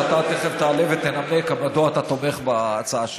שאתה תכף תעלה ותנמק מדוע אתה תומך בהצעה שלי.